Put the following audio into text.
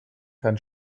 kann